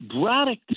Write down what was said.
Braddock